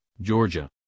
Georgia